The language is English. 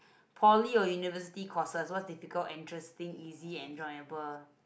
Poly or University courses what's difficult interesting easy enjoyable